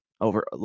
over